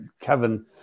Kevin